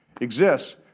exists